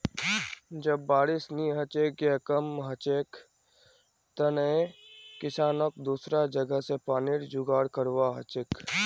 जब बारिश नी हछेक या कम हछेक तंए किसानक दुसरा जगह स पानीर जुगाड़ करवा हछेक